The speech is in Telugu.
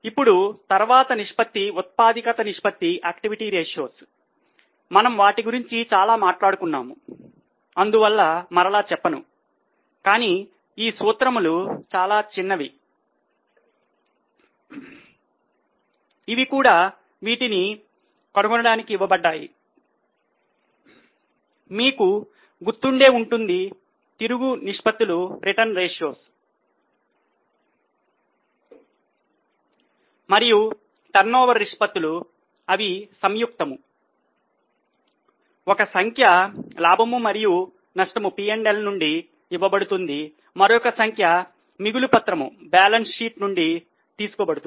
ఇప్పుడు తర్వాతి నిష్పత్తి ఉత్పాదకత నిష్పత్తి నుండి తీసుకోబడును